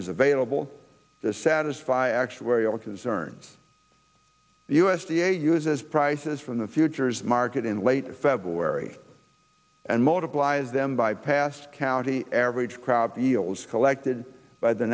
is available to satisfy actuarial concerns the u s d a uses prices from the futures market in late february and multiplies them by past county average crowd deals collected by the